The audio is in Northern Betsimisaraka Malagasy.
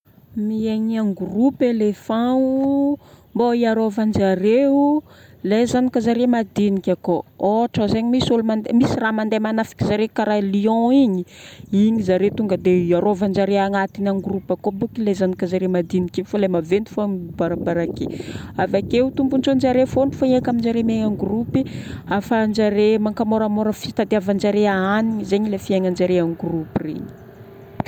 Miaigna en groupe éléphant mbô hiarovan-jareo ilay zanakazareo madiniky koa. Ohatra zegny misy olo mande- misy raha mandeha magnafiky zare karaha lion igny, igny zare tonga dia iarovan-jare agnatiny en groupe akao boko lay zanakazareo madiniky igny fa ilay maventy fogna mibarabaraky. Avakeo tombontsoan-jare fogna fa iaraka aminjare lay amin'ny groupe, ahafahan-jare maka moramora fitadiavan-jare hanigny zegny le fiaignan-jare en groupe regny.